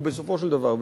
בסופו של דבר,